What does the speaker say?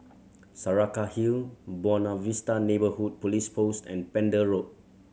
Saraca Hill Buona Vista Neighbourhood Police Post and Pender Road